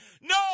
No